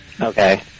Okay